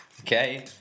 Okay